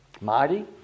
Mighty